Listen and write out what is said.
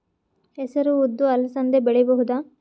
ಹೆಸರು ಉದ್ದು ಅಲಸಂದೆ ಬೆಳೆಯಬಹುದಾ?